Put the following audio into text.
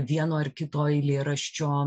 vieno ar kito eilėraščio